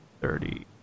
thirty